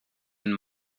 and